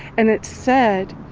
and it said